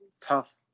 tough